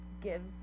gives